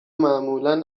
معمولا